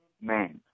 man